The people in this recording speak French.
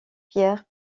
pierre